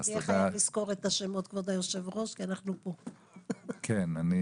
למה הודית לכולם שבאו ולי לא, בגלל שאני